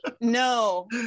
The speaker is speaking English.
no